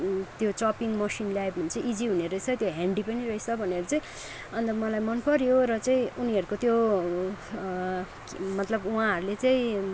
त्यो chopping machine ल्यायो भने चाहिँ इजी हुने रहेछ त्यो ह्यान्डी पनि रहेछ भनेर चैँ अन्त मलाई मन पर्यो र चाहिँ उनीहरूको त्यो मतलब उहाँहरूले चाहिँ